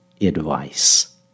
advice